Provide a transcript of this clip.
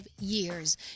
years